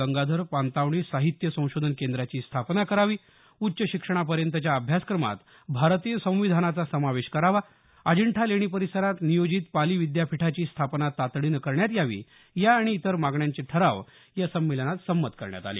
गंगाधर पानतावणे साहित्य संशोधन केंद्राची स्थापना करावी उच्च शिक्षणापर्यंतच्या अभ्यासक्रमात भारतीय संविधानाचा समावेश करावा अजिंठा लेणी परिसरात नियोजित पाली विद्यापीठाची स्थापना तातडीनं करण्यात यावी या आणि इतर मागण्यांचे ठराव या संमेलनात संमत करण्यात आले